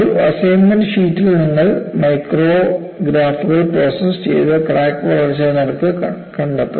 ഒരു അസൈൻമെന്റ് ഷീറ്റിൽ നിങ്ങൾ മൈക്രോഗ്രാഫുകൾ പ്രോസസ്സ് ചെയ്ത് ക്രാക്ക് വളർച്ചാ നിരക്ക് കണ്ടെത്തും